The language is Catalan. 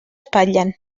espatllen